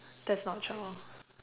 that's not child